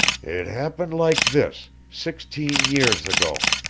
it happened like this, sixteen years ago,